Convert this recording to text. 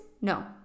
No